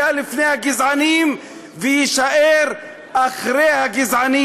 היה לפני הגזענים ויישאר אחרי הגזענים.